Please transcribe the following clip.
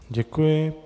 Děkuji.